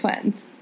twins